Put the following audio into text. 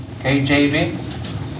KJV